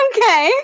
Okay